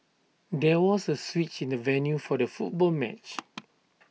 there was A switch in the venue for the football match